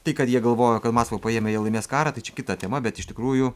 tai kad jie galvojo kad maskvą paėmę jie laimės karą tai čia kita tema bet iš tikrųjų